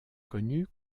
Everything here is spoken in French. connus